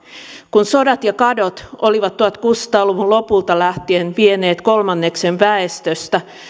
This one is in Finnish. kun sodat ja kadot olivat tuhatkuusisataa luvun lopulta lähtien vieneet kolmanneksen väestöstä